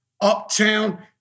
uptown